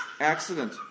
accident